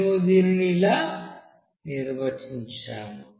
మేము దీనిని ఇలా నిర్వచించాము